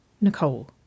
Nicole